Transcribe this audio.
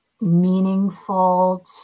meaningful